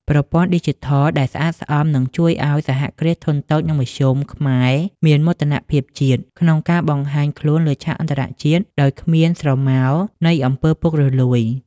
ប្រព័ន្ធឌីជីថលដែលស្អាតស្អំ នឹងជួយឱ្យ សហគ្រាសធុនតូច និងមធ្យម ខ្មែរមាន "មោទនភាពជាតិ" ក្នុងការបង្ហាញខ្លួនលើឆាកអន្តរជាតិដោយគ្មានស្រមោលនៃ អំពើពុករលួយ។